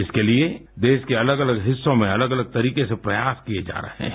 इसके लिए देश के अलग अलग हिस्सों में अलग अलग तरीके से प्रयास किये जा रहे हैं